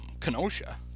Kenosha